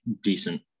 decent